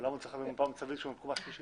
אבל למה הוא צריך מפה מצבית כשהוא בקומה שלישית?